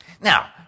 Now